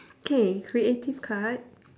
okay creative card